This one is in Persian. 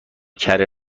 کره